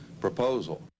proposal